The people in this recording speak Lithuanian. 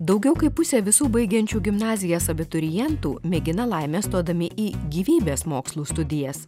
daugiau kaip pusė visų baigiančių gimnazijas abiturientų mėgina laimę stodami į gyvybės mokslų studijas